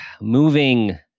moving